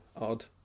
odd